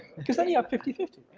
cause then you have fifty fifty?